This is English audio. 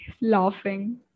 laughing